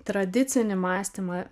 tradicinį mąstymą